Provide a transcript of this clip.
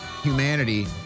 humanity